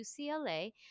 UCLA